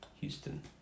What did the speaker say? Houston